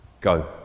go